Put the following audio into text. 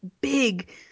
big